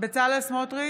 בצלאל סמוטריץ'